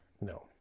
No